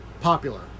popular